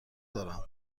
دارم